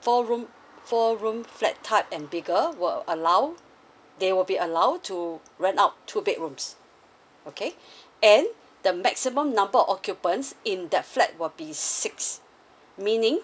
four room four room flat type and bigger will allow they will be allowed to rent out two bedrooms okay and the maximum number occupants in the flat will be six meaning